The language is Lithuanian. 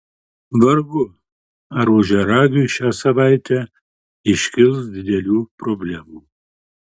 vargu ar ožiaragiui šią savaitę iškils didelių problemų